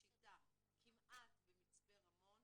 'שיטה', כמעט במצפה רמון,